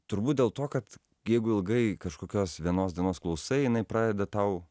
turbūt dėl to kad jeigu ilgai kažkokios vienos dienos klausai jinai pradeda tau